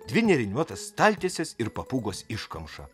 dvi nėriniuotas staltieses ir papūgos iškamšą